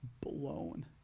blown